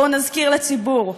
בואו נזכיר לציבור,